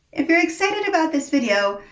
if you're excited about this video,